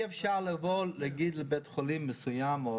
אי אפשר לבוא להגיד לבית חולים מסוים או